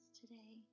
today